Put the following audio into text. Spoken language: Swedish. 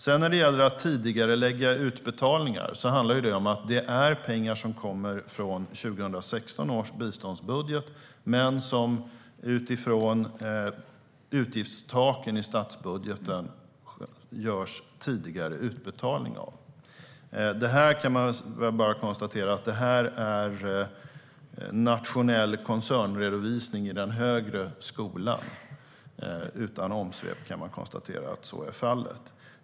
Vad gäller att tidigarelägga utbetalningar är det pengar som kommer från 2016 års biståndsbudget men som det utifrån utgiftstaken i statsbudgeten görs tidigare utbetalning av. Detta är nationell koncernredovisning i den högre skolan, kan vi utan omsvep konstatera.